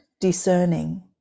discerning